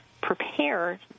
prepare